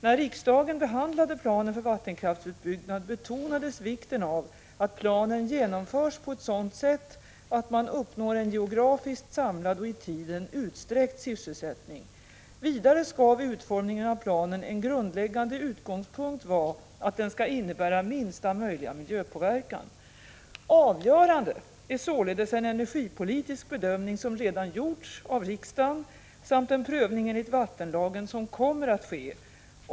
När riksdagen behandlade planen för vattenkraftsutbyggnad betonades vikten av att planen genomförs på ett sådant sätt att man uppnår en geografiskt samlad och i tiden utsträckt sysselsättning. Vidare skall vid utformningen av planen en grundläggande utgångspunkt vara att den skall innebära minsta möjliga miljöpåverkan. Avgörande är således en energipolitisk bedömning som redan gjorts av riksdagen samt en prövning enligt vattenlagen som kommer att ske.